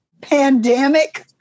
pandemic